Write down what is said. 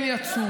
מייד תוקף אותו